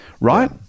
Right